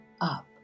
up